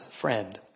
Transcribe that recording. friend